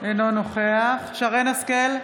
אינו נוכח שרן מרים השכל,